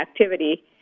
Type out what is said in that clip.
activity